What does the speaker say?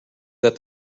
that